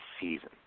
season